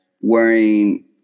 wearing